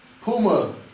Puma